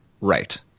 Right